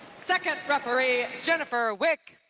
second referee, jennifer wick.